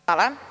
Hvala.